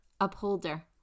upholder